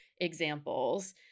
examples